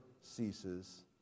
ceases